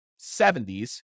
70s